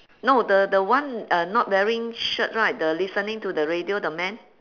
no the the one uh not wearing shirt right the listening to the radio the man